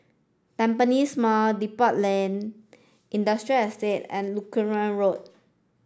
Tampines Mall Depot Lane Industrial Estate and Lutheran Road